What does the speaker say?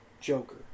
Joker